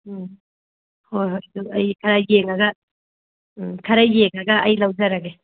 ꯎꯝ ꯍꯣꯏ ꯍꯣꯏ ꯑꯗꯨ ꯑꯩ ꯈꯔ ꯌꯦꯡꯉꯒ ꯎꯝ ꯈꯔ ꯌꯦꯡꯉꯒ ꯑꯩ ꯂꯧꯖꯔꯒꯦ